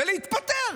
ולהתפטר.